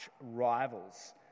rivals